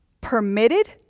permitted